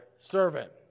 servant